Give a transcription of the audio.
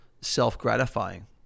self-gratifying